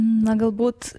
na galbūt